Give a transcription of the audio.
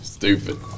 Stupid